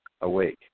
Awake